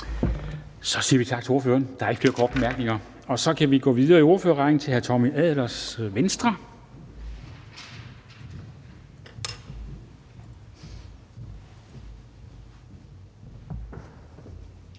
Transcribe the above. Så siger vi tak til ordføreren. Der er ikke flere korte bemærkninger. Og så kan vi gå videre i ordførerrækken til hr. Tommy Ahlers, Venstre.